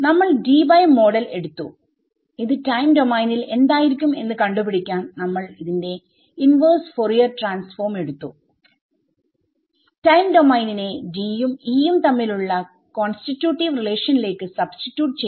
നമ്മൾ Debye model എടുത്തു ഇത് ടൈം ഡോമൈനിൽ എന്തായിരിക്കും എന്ന് കണ്ടു പിടിക്കാൻ നമ്മൾ ഇതിന്റെ ഇൻവെർസ് ഫോറിയർ ട്രാൻസ്ഫോം എടുത്തു ടൈം ഡോമൈനിനെ D യും E യും തമ്മിലുള്ള കോൺസ്റ്റിട്യൂട്ടീവ് റിലേഷനിലേക്ക് സബ്സ്റ്റിട്യൂട്ട് ചെയ്തു